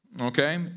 okay